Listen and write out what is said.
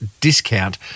discount